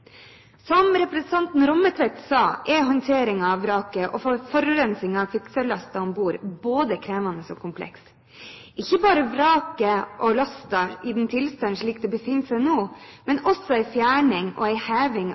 Som representanten Rommetveit sa, er håndteringen av vraket og forurensningen fra kvikksølvlasten om bord både krevende og kompleks. Ikke bare vraket og lasten i den tilstanden dette befinner seg i nå, men også en fjerning og en heving